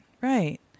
Right